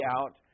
out